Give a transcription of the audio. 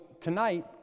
tonight